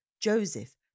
Joseph